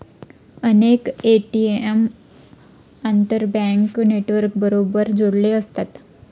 अनेक ए.टी.एम आंतरबँक नेटवर्कबरोबर जोडलेले असतात